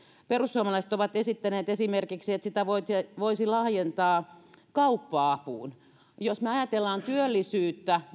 perussuomalaiset ovat esittäneet esimerkiksi että sitä voisi laajentaa kauppa apuun jos ajatellaan palvelualojen työllisyyttä